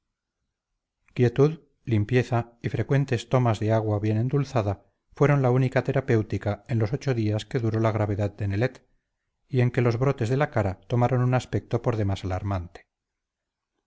quietud limpieza y frecuentes tomas de agua bien endulzada fueron la única terapéutica en los ocho días que duró la gravedad de nelet y en que los brotes de la cara tomaron un aspecto por demás alarmante